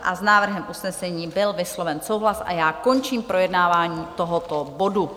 S návrhem usnesení byl vysloven souhlas a já končím projednávání tohoto bodu.